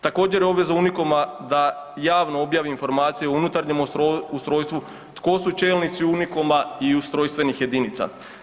Također je obveza „Unikoma“ da javno objavi informacije o unutarnjem ustrojstvu tko su čelnici „Unikoma“ i ustrojstvenih jedinica.